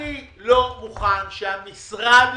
אני לא מוכן שהמשרד